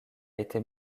été